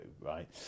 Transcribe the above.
right